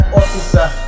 officer